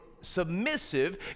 submissive